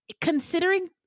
considering